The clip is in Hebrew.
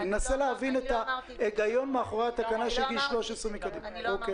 אני מנסה להבין את ההיגיון מאחורי התקנה שמדברת על גיל 13. לא אמרתי.